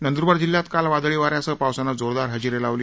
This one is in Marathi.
नंदुरबार जिल्ह्यात काल वादळी वा यासह पावसानं जोरदार हजेरी लावली